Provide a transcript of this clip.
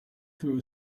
through